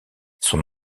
son